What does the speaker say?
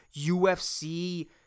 UFC